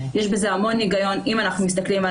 יש בזה המון היגיון אם אנחנו מסתכלים על